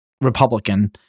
Republican